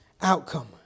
outcome